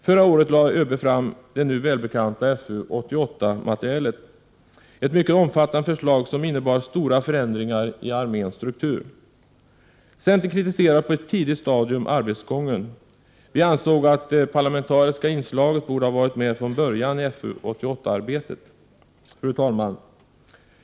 Förra året lade ÖB fram det nu välbekanta FU 88-materialet — ett mycket omfattande förslag, som innebar stora förändringar i arméns struktur. Centern kritiserade på ett tidigt stadium arbetsgången. Vi ansåg att det parlamentariska inslaget borde ha varit med från början i FU 88-arbetet. Fru talman!